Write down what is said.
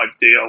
deal